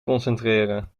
concentreren